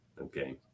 okay